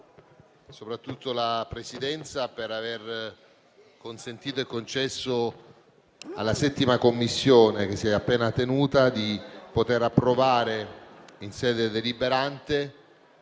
soprattutto la Presidenza per aver consentito e concesso alla 7a Commissione, che si è appena tenuta, di approvare in sede deliberante